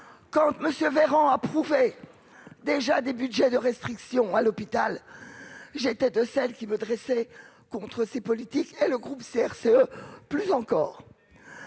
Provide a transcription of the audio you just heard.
Quand M. Véran approuvait des budgets de restriction à l'hôpital, j'étais déjà de celles qui se dressaient contre ces politiques, et le groupe CRCE plus encore.